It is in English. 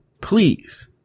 please